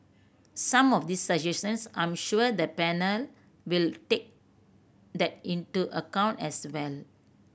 some of these suggestions I'm sure the panel will take that into account as well